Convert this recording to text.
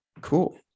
Cool